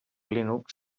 linux